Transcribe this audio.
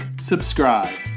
subscribe